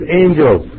angels